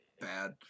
bad